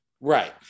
right